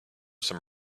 some